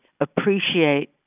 appreciate